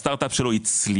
הסטארט אפ שלו הצליח,